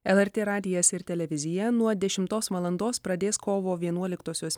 lrt radijas ir televizija nuo dešimtos valandos pradės kovo vienuoliktosios